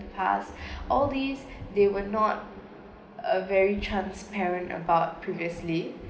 past all these they were not uh very transparent about previously